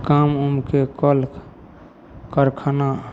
काम उमके कल कारखाना